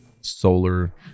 solar